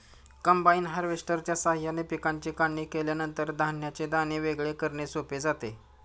combine हार्वेस्टरच्या साहाय्याने पिकांची काढणी केल्यानंतर धान्याचे दाणे वेगळे करणे सोपे जाते